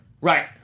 right